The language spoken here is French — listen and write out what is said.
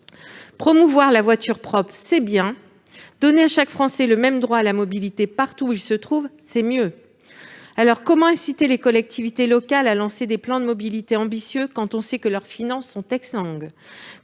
Promouvoir la voiture propre, c'est bien ; donner à chaque Français le même droit à la mobilité partout où il se trouve, c'est mieux ! Dès lors, comment inciter les collectivités locales à lancer des plans de mobilité ambitieux quand on sait que leurs finances sont exsangues ?